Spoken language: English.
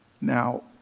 Now